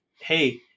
hey